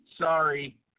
Sorry